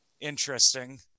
interesting